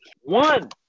one